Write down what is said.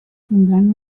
tindran